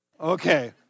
Okay